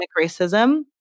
racism